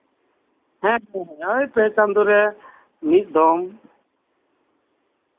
ᱦᱮᱸ ᱳᱭ ᱯᱮ ᱪᱟᱸᱫᱚᱨᱮ ᱢᱤᱫ ᱫᱷᱚᱢ